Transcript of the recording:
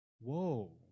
Whoa